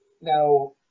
Now